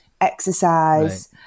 exercise